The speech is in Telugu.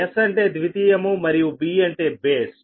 'S' అంటే ద్వితీయము మరియు 'B' అంటే బేస్